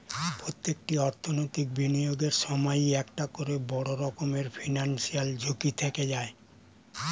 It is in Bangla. প্রত্যেকটি অর্থনৈতিক বিনিয়োগের সময়ই একটা করে বড় রকমের ফিনান্সিয়াল ঝুঁকি থেকে যায়